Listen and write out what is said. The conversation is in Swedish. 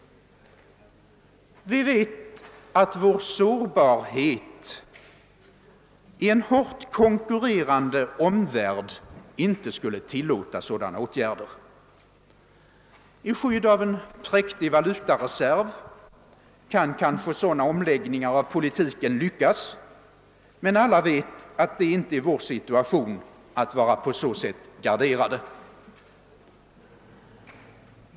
Vi vet att vår sårbarhet i en hårt konkurrerande omvärld inte skulle tillåta åtgärder av detta slag. I skydd av en präktig valutareserv kan kanske sådana omläggningar av politiken lyckas — men alla vet att det inte är vår situa tion att vara på så sätt garderade.